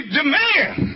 demand